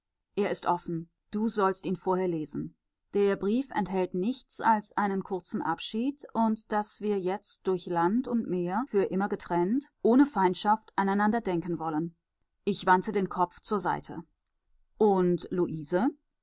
er ist offen du sollst ihn vorher lesen der brief enthält nichts als einen kurzen abschied und daß wir jetzt durch land und meer für immer getrennt ohne feindschaft aneinander denken wollen ich wandte den kopf zur seite und luise